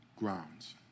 Grounds